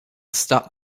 stop